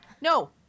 No